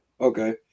okay